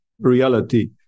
reality